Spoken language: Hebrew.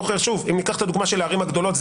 אם ניקח את הדוגמה של הערים הגדולות,